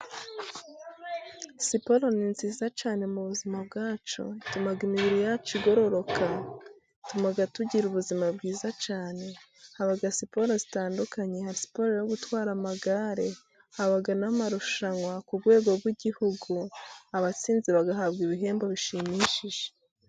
Siporo ni nziza cyane mu buzima bwacu. Ituma imibiri yacu igororoka . Ituma tugira ubuzima bwiza cyane. Haba siporo zitandukanye. Haba siporo yo gutwara amagare, haba n'amarushanwa ku rwego rw'igihugu, abatsinze bagahabwa ibihembo bishimishije.